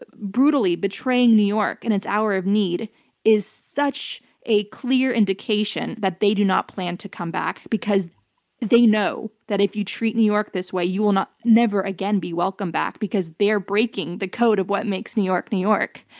but brutally betraying new york in and its hour of need is such a clear indication that they do not plan to come back because they know that if you treat new york this way, you will never again be welcomed back because they're breaking the code of what makes new york new york.